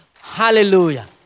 Hallelujah